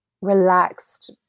relaxed